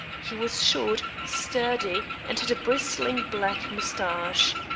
he was short, sturdy and had a bristling black mustache.